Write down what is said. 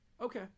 okay